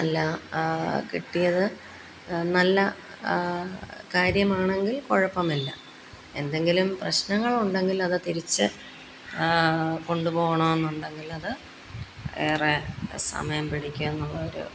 അല്ലാ കിട്ടിയത് നല്ല കാര്യമാണെങ്കിൽ കുഴപ്പമില്ല എന്തെങ്കിലും പ്രശ്നങ്ങൾ ഉണ്ടെങ്കിൽ അത് തിരിച്ചു കൊണ്ടുപോകണമെന്നുണ്ടെങ്കില് അത് ഏറെ സമയം പിടിക്കും എന്നുള്ളൊരു